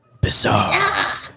Bizarre